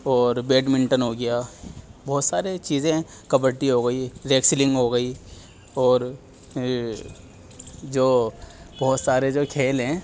اور بیڈمینٹن ہو گیا بہت سارے چیزیں ہیں کبڈی ہو گئی ریسلنگ ہو گئی اور جو بہت سارے جو کھیل ہیں